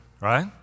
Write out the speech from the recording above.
right